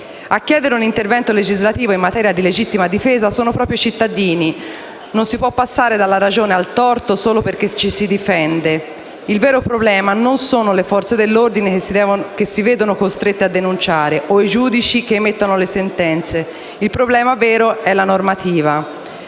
A chiedere un intervento legislativo in materia di legittima difesa sono proprio i cittadini. Non si può passare dalla ragione al torto solo perché ci si difende. Il vero problema non sono le Forze dell'ordine, che si vedono costrette a denunciare, o i giudici che emettono le sentenze; il problema vero è la normativa.